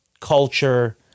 culture